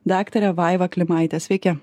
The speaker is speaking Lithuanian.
daktarė vaiva klimaite sveiki